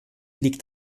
liegt